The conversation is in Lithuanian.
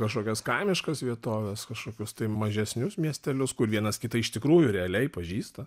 kažkokias kaimiškas vietoves kažkokius tai mažesnius miestelius kur vienas kitą iš tikrųjų realiai pažįsta